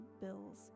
bills